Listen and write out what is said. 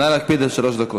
נא להקפיד על שלוש דקות.